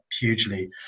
hugely